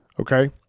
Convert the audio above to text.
okay